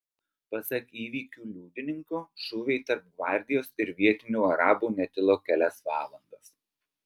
pasak įvykių liudininko šūviai tarp gvardijos ir vietinių arabų netilo kelias valandas